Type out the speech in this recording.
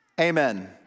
Amen